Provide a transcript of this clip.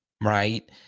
right